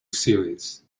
series